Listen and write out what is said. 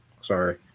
Sorry